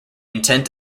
intent